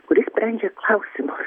kuri sprendžia klausimus